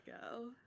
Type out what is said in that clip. go